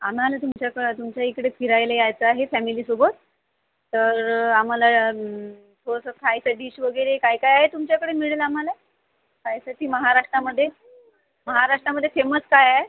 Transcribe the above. आम्हाला तुमच्याकडं तुमच्या इकडे फिरायला यायचं आहे फॅमिलीसोबत तर आम्हाला थोडंसं खायचं डिश वगैरे काय काय आहे तुमच्याकडे मिळेल आम्हाला खायसाठी महाराष्ट्रामध्ये महाराष्ट्रामध्ये फेमस काय आहे